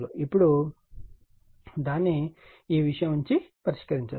ఇప్పుడు దాన్ని ఈ విషయం ఉంచి పరిష్కరించవచ్చు